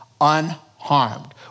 unharmed